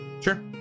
Sure